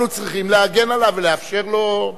אנחנו צריכים להגן עליו ולאפשר לו,